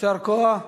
יישר כוח.